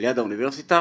שליד האוניברסיטה